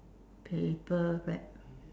paper wrap